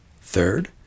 Third